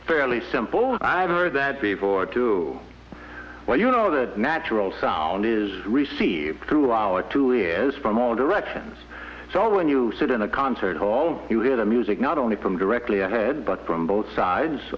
fairly simple i have heard that before too well you know the natural sound is received through our two ears from all directions so when you sit in a concert hall you hear the music not only from directly ahead but from both sides